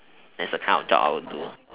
that's the kind of job I would do